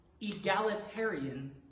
egalitarian